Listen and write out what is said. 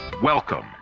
Welcome